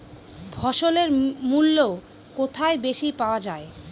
ফসলের মূল্য কোথায় বেশি পাওয়া যায়?